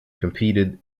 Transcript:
competed